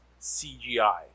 CGI